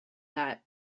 that